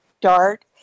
Dart